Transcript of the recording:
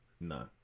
No